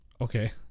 Okay